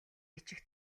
бичих